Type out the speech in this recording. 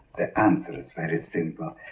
the answer is very simple.